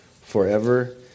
forever